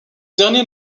dernier